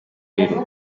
karere